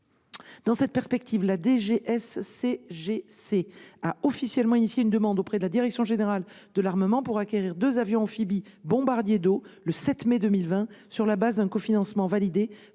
Dans cette perspective, la DGSCGC a officiellement fait une demande à la DGA pour acquérir deux avions amphibies bombardiers d'eau le 7 mai 2020, sur la base d'un cofinancement validé